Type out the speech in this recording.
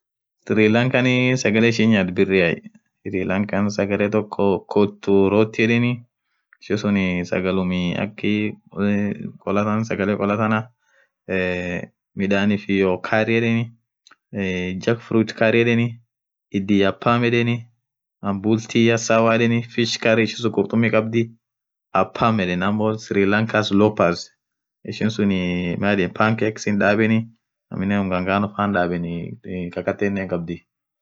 Siri lankaa sagale ishin naythu birria sirlanka sagale toko khuturothi yedheni ishisun sagalum akhiii kholaa sagale kholati eee midafi iyo carry yedheni eee jug fruit carry yedheni indiapum yedeni abutia sawa yedheni fish carriage khurtummi khabdhii apurm yedhen ammo sir lankas lopers ishisun pankinex dhabeni aminen unga ngaano faa dhabeni kakatenen hinkhabdhii